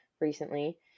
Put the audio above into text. recently